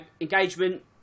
engagement